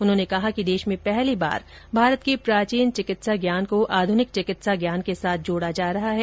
उन्होंने कहा कि देश में पहली बार भारत के प्राचीन चिकित्सा ज्ञान को आधुनिक चिकित्सा ज्ञान के साथ जोड़ा जा रहा है